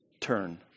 Turn